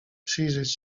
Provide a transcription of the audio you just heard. przyjrzeć